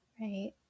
right